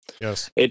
Yes